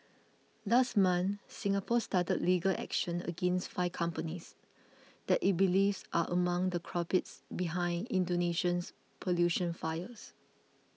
last month Singapore started legal action against five companies that it believes are among the culprits behind Indonesia's pollution fires